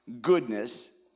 goodness